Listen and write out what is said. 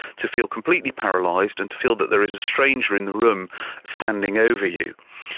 to feel completely paralysed and to feel that there is a stranger in the room standing over you.